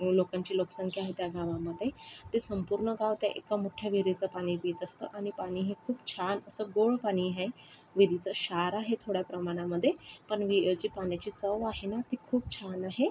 लोकांची लोकसंख्या आहे त्या गावांमध्ये ते संपूर्ण गाव ते एका मोठ्या विहिरीचे पाणी पीत असतं आणि पाणी हे खूप छान असं गोड पाणी आहे विहिरीचं क्षार आहे थोड्या प्रमाणामध्ये पण विहिरीची पाण्याची चव आहे ना ती खूप छान आहे